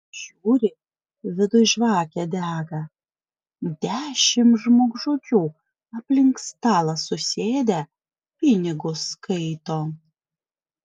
žiūri viduj žvakė dega dešimt žmogžudžių aplink stalą susėdę pinigus skaito